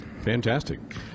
Fantastic